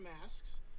masks